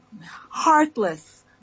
heartless